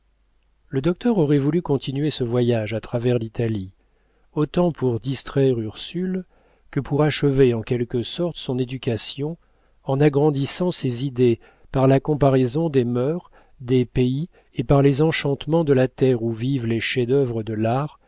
le docteur aurait voulu continuer ce voyage à travers l'italie autant pour distraire ursule que pour achever en quelque sorte son éducation en agrandissant ses idées par la comparaison des mœurs des pays et par les enchantements de la terre où vivent les chefs-d'œuvre de l'art